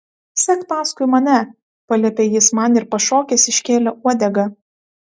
sek paskui mane paliepė jis man ir pašokęs iškėlė uodegą